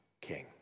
King